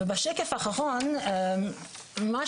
בנושא האחרון, אני